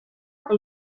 eta